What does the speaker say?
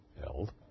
held